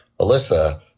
Alyssa